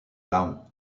laon